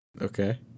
okay